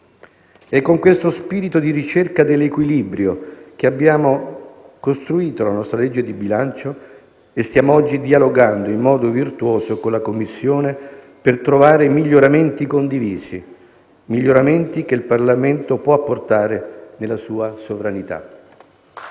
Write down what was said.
È con questo spirito di ricerca dell'equilibrio che abbiamo costruito la nostra legge di bilancio e stiamo oggi dialogando in modo virtuoso con la Commissione per trovare miglioramenti condivisi, miglioramenti che il Parlamento può apportare nella sua sovranità.